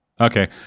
Okay